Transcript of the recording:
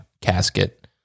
Casket